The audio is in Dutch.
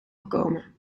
gekomen